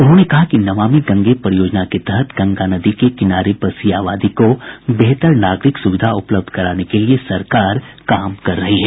उन्होंने कहा कि नमामि गंगे परियोजना के तहत गंगा नदी के किनारे बसी आबादी को बेहतर नागरिक सुविधा उपलब्ध कराने के लिए सरकार काम कर रही है